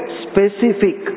specific